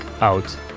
out